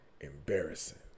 embarrassing